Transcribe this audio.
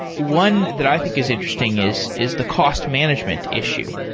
one that i think is interesting is is the cost management issue.